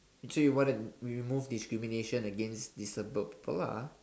actually what we remove discrimination disable people lah